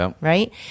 right